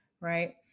Right